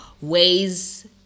ways